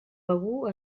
begur